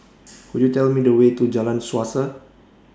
Could YOU Tell Me The Way to Jalan Suasa